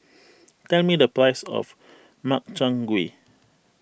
tell me the price of Makchang Gui